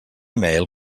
mail